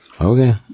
Okay